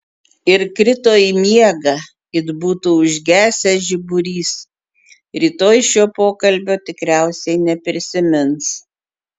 ir krito į miegą it būtų užgesęs žiburys rytoj šio pokalbio tikriausiai neprisimins